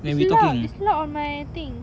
it's loud it's loud on my thing